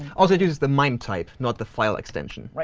also it uses the mime type, not the file extension.